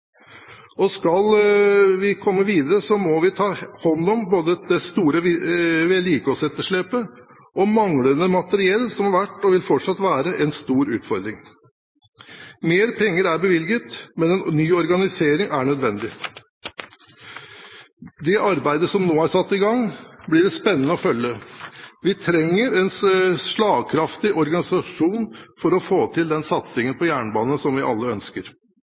Og skal vi komme videre, må vi ta hånd om både det store vedlikeholdsetterslepet og manglende materiell, som har vært, og fortsatt vil være, en stor utfordring. Mer penger er bevilget, men en ny organisering er nødvendig. Det arbeidet som nå er satt i gang, blir det spennende å følge. Vi trenger en slagkraftig organisasjon for å få til den satsingen på jernbane som vi alle ønsker.